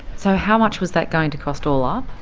so how much was that going to cost all up?